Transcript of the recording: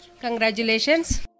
Congratulations